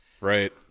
Right